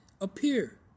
appear